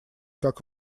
как